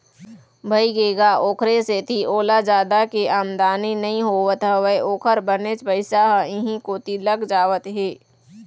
भइगे गा ओखरे सेती ओला जादा के आमदानी नइ होवत हवय ओखर बनेच पइसा ह इहीं कोती लग जावत हे